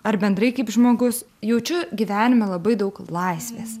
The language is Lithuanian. ar bendrai kaip žmogus jaučiu gyvenime labai daug laisvės